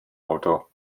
auto